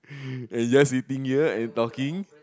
just sitting here and talking